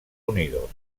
unidos